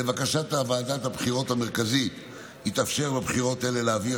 לבקשת ועדת הבחירות המרכזית יתאפשר בבחירות האלה להעביר